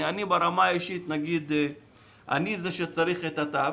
אני, ברמה האישית, אני זה שצריך את התו